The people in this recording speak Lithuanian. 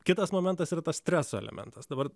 kitas momentas yra tas streso elementas dabar